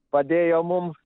padėjo mum